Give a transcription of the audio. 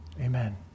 Amen